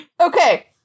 Okay